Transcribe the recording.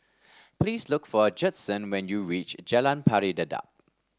please look for Judson when you reach Jalan Pari Dedap